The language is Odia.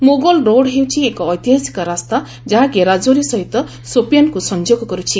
ମୋଗଲ୍ ରୋଡ଼୍ ହେଉଛି ଏକ ଐସିହାସକ ରାସ୍ତା ଯାହାକି ରାଜୌରୀ ସହିତ ସୋପିଆନ୍କୁ ସଂଯୋଗ କରୁଛି